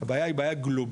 הבעיה היא גלובלית,